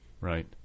Right